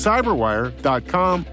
Cyberwire.com